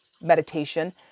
meditation